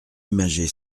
imagée